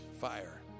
fire